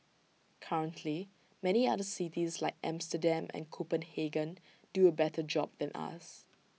currently many other cities like Amsterdam and Copenhagen do A better job than us